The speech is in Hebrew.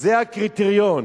זה הקריטריון.